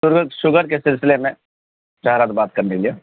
sugar کے سلسلے میں چاہ رہا تھا بات کرنے کے لیے